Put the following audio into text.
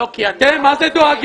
לא, כי אתם מה זה דואגים?